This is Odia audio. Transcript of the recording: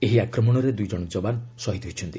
ଏହି ଆକ୍ରମଣରେ ଦୁଇ ଜଣ ଯବାନ ଶହୀଦ୍ ହୋଇଛନ୍ତି